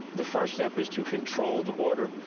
the first step is to control the border.